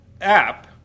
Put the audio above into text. app